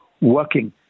working